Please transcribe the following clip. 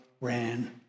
ran